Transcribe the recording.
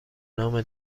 نام